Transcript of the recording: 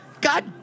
God